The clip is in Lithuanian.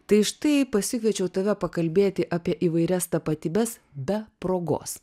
tai štai pasikviečiau tave pakalbėti apie įvairias tapatybes be progos